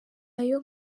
ayo